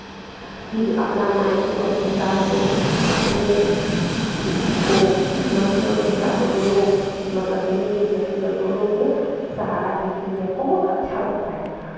फिर अपना मायके और ससुराल को अपने वो मायके और ससुराल को दोनों मतलब बेनिफिट रहती है और दोनों के सहारा जीती है बहुत अच्छा लगता है